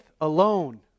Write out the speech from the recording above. alone